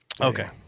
Okay